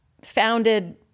founded